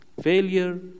failure